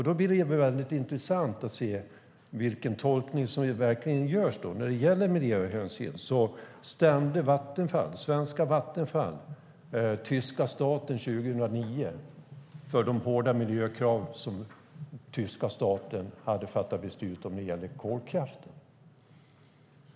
Då blir det intressant att se vilken tolkning som görs. När det gäller miljöhänsyn stämde svenska Vattenfall tyska staten år 2009 för de hårda miljökrav som tyska staten hade fattat beslut om när det gällde kolkraften.